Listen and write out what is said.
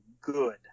good